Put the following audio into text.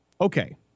Okay